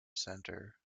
centre